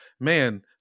man